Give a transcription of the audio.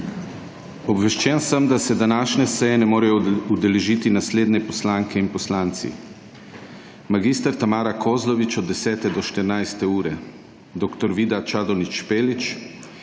Obveščen sem, da se današnje seje ne morejo udeležiti naslednje poslanke in poslanci: mag. Tamara Kozlovič od 10.00 do 14. ure, dr. Vida Čadonič Špelič,